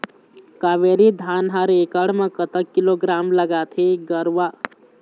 कावेरी धान हर एकड़ म कतक किलोग्राम लगाथें गरवा?